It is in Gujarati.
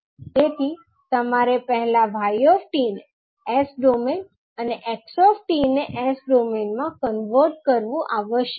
તેથી તમારે પહેલા 𝑦𝑡 ને S ડોમેઈન અને 𝑥𝑡 ને S ડોમેઈન માં કન્વર્ટ કરવું આવશ્યક છે